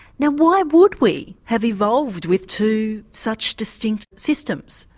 now why would we have evolved with two such distinct systems?